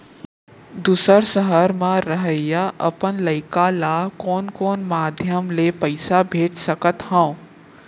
दूसर सहर म रहइया अपन लइका ला कोन कोन माधयम ले पइसा भेज सकत हव?